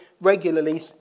regularly